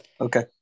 Okay